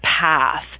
path